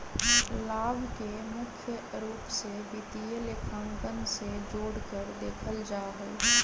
लाभ के मुख्य रूप से वित्तीय लेखांकन से जोडकर देखल जा हई